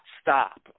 stop